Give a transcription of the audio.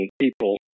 people